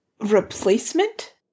replacement